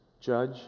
Judge